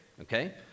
okay